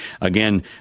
Again